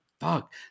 fuck